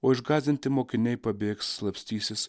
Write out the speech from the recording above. o išgąsdinti mokiniai pabėgs slapstysis